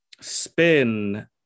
spin